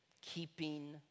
keeping